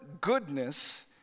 goodness